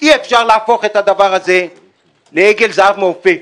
אי-אפשר להפוך את הדבר הזה לעגל זהב מעופף,